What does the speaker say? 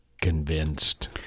convinced